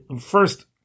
first